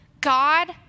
God